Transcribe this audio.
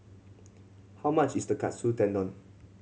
how much is the Katsu Tendon